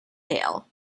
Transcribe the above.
tail